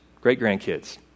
great-grandkids